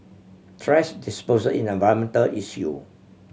thrash disposal in an environmental issue